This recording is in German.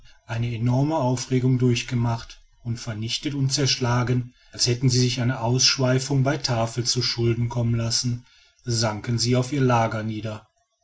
eine enorme aufregung durchgemacht und vernichtet und zerschlagen als hätten sie sich eine ausschweifung bei tafel zu schulden kommen lassen sanken sie auf ihr lager nieder